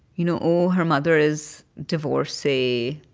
you know, oh, her mother is divorcee.